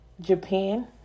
Japan